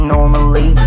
Normally